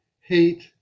hate